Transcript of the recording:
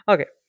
Okay